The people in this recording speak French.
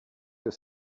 que